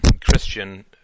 Christian